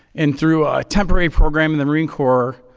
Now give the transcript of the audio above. and through a temporary program in the marine corps,